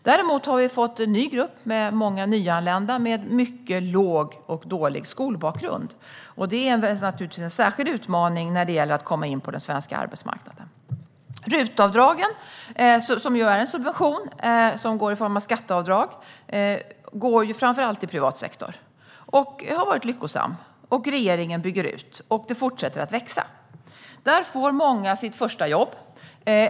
Däremot finns det en ny grupp med många nyanlända med mycket låg och dålig skolbakgrund. Det är naturligtvis en särskild utmaning när det gäller att komma in på den svenska arbetsmarknaden. RUT-avdragen är en subvention som utgår i form av skatteavdrag, och de går framför allt till privat sektor. Den reformen har varit lyckosam. Regeringen bygger ut, och RUT fortsätter att växa. Där får många sitt första jobb.